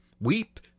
WEEP